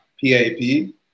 P-A-P